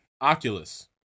Oculus